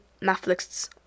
Netflix